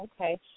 Okay